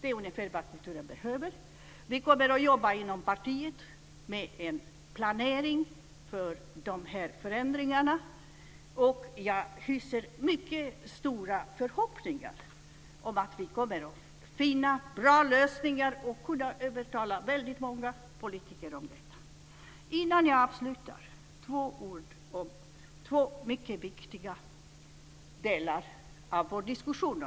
Det är ungefär vad kulturen behöver. Jag hyser mycket stora förhoppningar om att vi kommer att finna bra lösningar och att vi kommer att kunna övertyga väldigt många politiker om detta. Innan jag avslutar vill jag säga ett par ord om två mycket viktiga delar av kulturen.